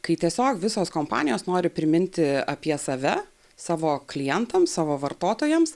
kai tiesiog visos kompanijos nori priminti apie save savo klientams savo vartotojams